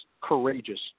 courageous